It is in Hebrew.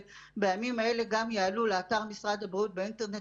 בימים האלה יעלו לאתר משרד הבריאות באינטרנט.